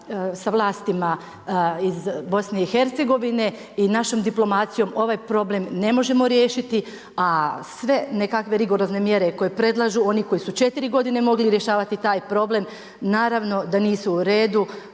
sa vlastima iz Bosne i Hercegovine i našom diplomacijom ovaj problem ne možemo riješiti a sve nekakve rigorozne mjere koje predlažu, oni koji su 4 godine mogli rješavati taj problem naravno da nisu u redu